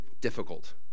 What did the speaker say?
difficult